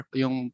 yung